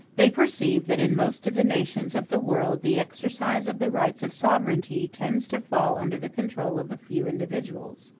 they perceive that in most of the nations of the world the exercise of the rights of sovereignty tends to fall under the control of a few individuals,